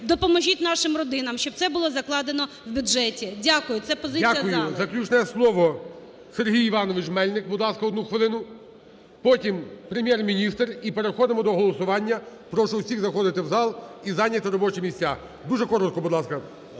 допоможіть нашим родинам, щоб це було закладено у бюджеті. Дякую. Це позиція зали. ГОЛОВУЮЧИЙ. Дякую. Заключне слово - Сергій Іванович Мельник. Будь ласка, одну хвилину. Потім - Прем'єр-міністр, і переходимо до голосування. Прошу всіх заходити в зал і зайняти робочі місця. Дуже коротко, будь ласка,